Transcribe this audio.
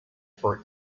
for